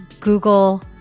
Google